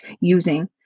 using